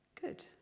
Good